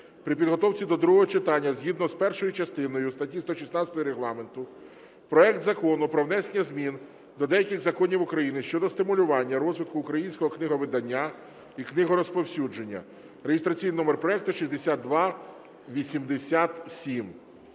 при підготовці до другого читання згідно з першою частиною статті 116 Регламенту проект Закону про внесення змін до деяких законів України щодо стимулювання розвитку українського книговидання і книгорозповсюдження (реєстраційний номер проекту 6287).